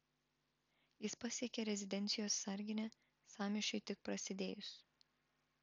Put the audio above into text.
jis pasiekė rezidencijos sarginę sąmyšiui tik prasidėjus